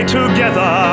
together